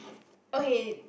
okay